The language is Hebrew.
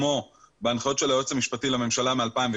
כמו בהנחיות של היועץ המשפטי לממשלה מ-2016,